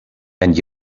and